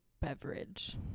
beverage